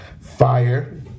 fire